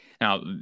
Now